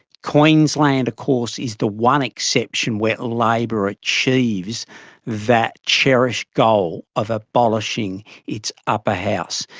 queensland of course is the one exception where labor achieves that cherished goal of abolishing its upper house.